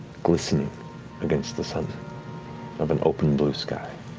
glistening against the sun of an open blue sky.